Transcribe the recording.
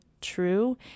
true